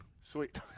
Sweet